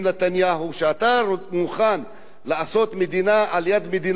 שאתה מוכן לעשות מדינה על יד מדינת ישראל,